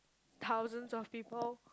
thousands of people